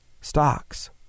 stocks